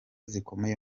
zikomeye